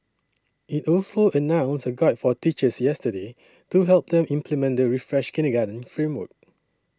it also announced a guide for teachers yesterday to help them implement the refreshed kindergarten framework